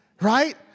Right